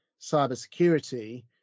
cybersecurity